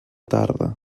tarda